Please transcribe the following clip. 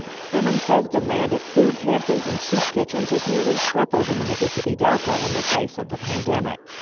simmons says demand at food pantries and soup kitchens has nearly tripled in the mississippi delta in the face of the pandemic.